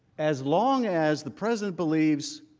as long as the president believes,